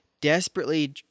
desperately